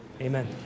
amen